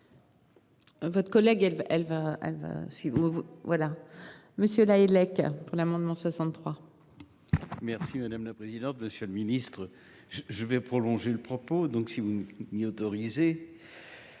va elle va elle va si vous voilà monsieur Lahellec pour l'amendement 63. Merci madame la présidente, monsieur le ministre je vais prolonger le propos. Donc si vous m'y autorisez.